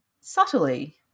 subtly